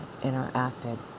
interacted